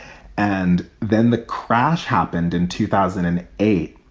and then the crash happened in two thousand and eight